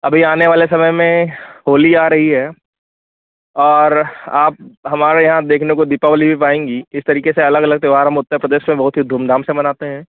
अभी आने वाले समय में होली आ रही है और आप हमारे यहाँ देखने को दीपावली भी पाएंगी इस तरीके से अलग अलग त्यौहार हम उत्तर प्रदेश में बहुत ही धूमधाम से मनाते हैं